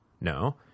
No